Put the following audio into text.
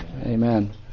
Amen